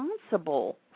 responsible